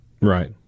Right